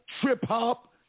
trip-hop